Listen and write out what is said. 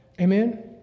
Amen